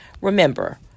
Remember